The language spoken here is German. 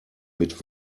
mit